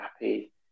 happy